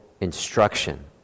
instruction